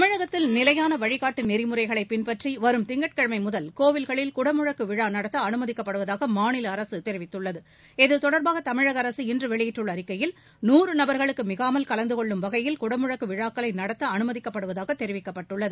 தமிழகத்தில் நிலையாள வழிகாட்டு நெறிமுறைகளை பின்பற்றி வரும் திங்கட்கிழமை முதல் கோவில்களில் குடமுழக்கு விழா நடத்த அனுமதிக்கப் படுவதாக மாநில அரசு தெரிவித்துள்ளது இத்தொடர்பாக தமிழக அரசு இன்று வெளியிட்டுள்ள அறிக்கையில் நூறு நபர்களுக்கு மிகாமல் கலந்துகொள்ளும் வகையில் குடமுழக்கு விழாக்களை நடத்த அனுமதிக்கப் படுவதாக தெரிவிக்கப்பட்டுள்ளது